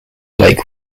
lake